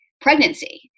pregnancy